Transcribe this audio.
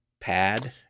pad